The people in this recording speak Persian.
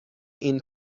این